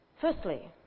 Firstly